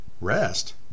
rest